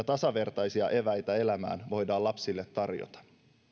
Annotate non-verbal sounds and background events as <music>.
<unintelligible> tasavertaisia eväitä elämään voidaan lapsille tarjota